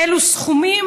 אלו סכומים